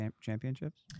championships